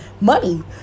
money